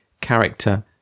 character